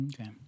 Okay